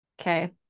Okay